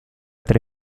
tre